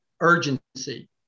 urgency